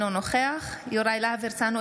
אינו נוכח יוראי להב הרצנו,